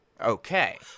Okay